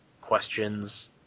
questions